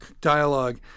dialogue